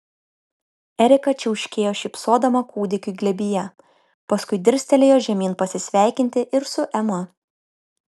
erika čiauškėjo šypsodama kūdikiui glėbyje paskui dirstelėjo žemyn pasisveikinti ir su ema